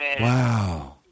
Wow